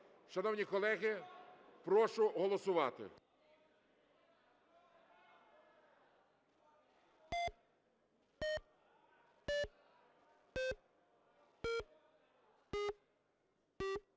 Шановні колеги, прошу голосувати.